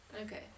Okay